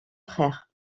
frères